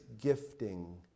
gifting